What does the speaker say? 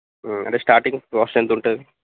అంటే starting cost ఎంత ఉంటుంది